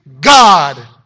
God